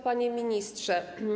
Panie Ministrze!